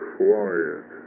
quiet